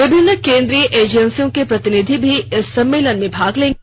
विभिन्न केंद्रीय एजेंसियों के प्रतिनिधि भी इस सम्मेलन में भाग लेंगे